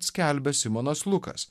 skelbia simonas lukas